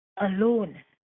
alone